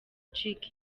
acika